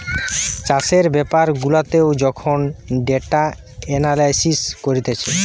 চাষের বেপার গুলাতেও এখন ডেটা এনালিসিস করতিছে